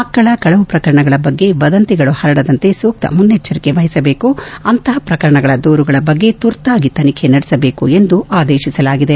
ಮಕ್ಕಳ ಕಳುವು ಪ್ರಕರಣಗಳ ಬಗ್ಗೆ ವದಂತಿಗಳು ಹರಡದಂತೆ ಸೂಕ್ತ ಮುನ್ನೆಚ್ಚರಿಕೆ ವಹಿಸಬೇಕು ಅಂತಹ ಪ್ರಕರಣಗಳ ದೂರುಗಳ ಬಗ್ಗೆ ತುರ್ತಾಗಿ ತನಿಖೆ ನಡೆಸಬೇಕು ಎಂದು ಆದೇಶಿಸಲಾಗಿದೆ